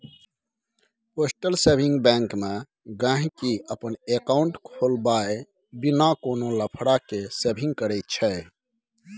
postal saving bank मे गांहिकी अपन एकांउट खोलबाए बिना कोनो लफड़ा केँ सेविंग करय छै